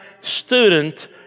student